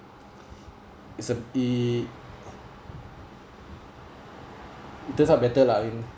is uh it turns out better lah I mean